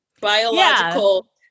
biological